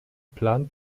plan